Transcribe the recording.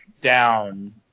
down